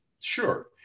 Sure